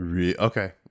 okay